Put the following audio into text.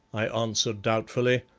i answered doubtfully,